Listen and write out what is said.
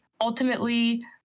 ultimately